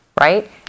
Right